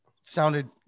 sounded